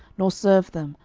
nor serve them,